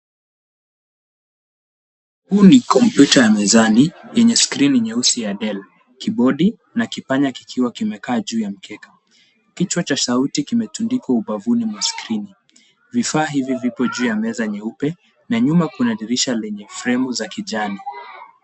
Huu ni kompyuta ya mezani yenye screen nyeusi ya Dell keyboardi na kipanya kikiwa kimekaa juu ya mkeka kichwa cha sauti kimetundikwa ubavuni mwa skrini, vifaa hivyo vipo juu ya meza nyeupe na nyuma kuna dirisha lenye frame za kijani.